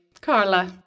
carla